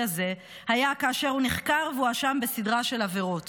הזה היה כאשר הוא נחקר והואשם בסדרה של עבירות